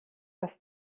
dass